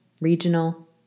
regional